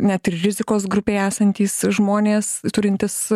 net ir rizikos grupėj esantys žmonės turintys